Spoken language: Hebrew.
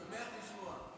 אני שמח לשמוע.